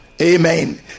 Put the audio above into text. Amen